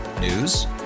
News